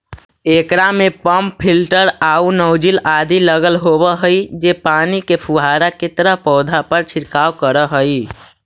एकरा में pump filter आउ नॉजिल आदि लगल होवऽ हई जे पानी के फुहारा के तरह पौधा पर छिड़काव करऽ हइ